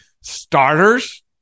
starters